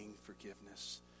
forgiveness